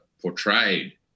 portrayed